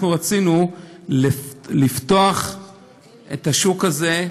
אנחנו רצינו לפתוח את השוק הזה,